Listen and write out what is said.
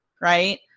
right